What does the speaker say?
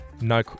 no